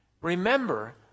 Remember